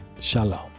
Shalom